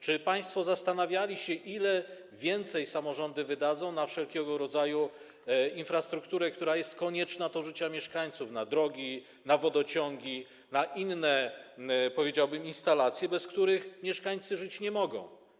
Czy państwo zastanawialiście się, ile więcej samorządy wydadzą na wszelkiego rodzaju infrastrukturę, która jest konieczna do życia mieszkańców - na drogi, na wodociągi, na inne instalacje, bez których mieszkańcy żyć nie mogą?